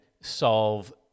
solve